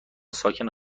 ساکن